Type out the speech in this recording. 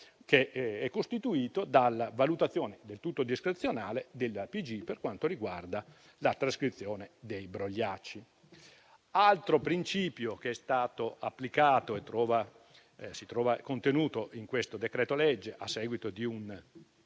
costituito dalla valutazione del tutto discrezionale della polizia giudiziaria per quanto riguarda la trascrizione dei brogliacci. Altro principio che è stato applicato ed è contenuto in questo decreto-legge, a seguito di un